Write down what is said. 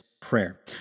prayer